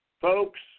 Folks